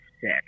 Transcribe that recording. sick